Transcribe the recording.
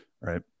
Right